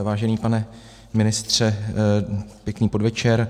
Vážený pane ministře, pěkný podvečer.